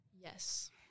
Yes